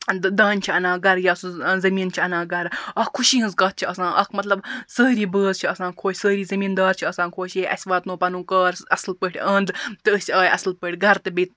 دانہ چھِ اَنان گرٕ یا سُہ زمیٖن چھُ اَنان گَرٕ اکھ خُشی ہٕنٛز کتھ چھِ آسان اکھ مَطلَب سٲری بٲژ چھِ آسان خۄش سٲرِی زمیٖنٛدار چھِ آسان خۅش ہَے اَسہِ واتنوو پنُن کار اصٕل پٲٹھۍ اَنٛد تہٕ أسۍ آے اصٕل پٲٹھۍ گَرٕ تہٕ بیٚیہِ